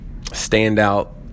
standout